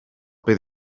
bydd